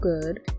good